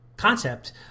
concept